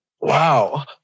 Wow